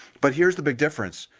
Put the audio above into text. but here's the big difference